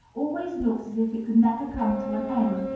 always looks as if it could never come to an end,